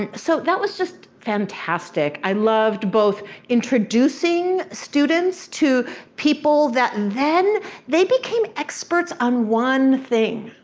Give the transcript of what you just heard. and so that was just fantastic. i loved both introducing students to people that then they became experts on one thing,